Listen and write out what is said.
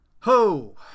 ho